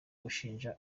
gushinja